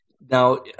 Now